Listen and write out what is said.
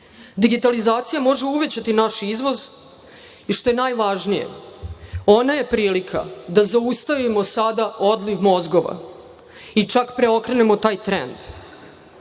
Digitalizacija može uvećati naš izvoz i što je najvažnije ona je prilika da zaustavimo sada odliv mozgova i čak preokrenemo taj trend.